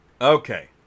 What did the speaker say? Okay